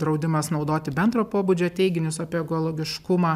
draudimas naudoti bendro pobūdžio teiginius apie ekologiškumą